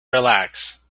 relax